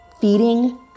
feeding